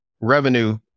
revenue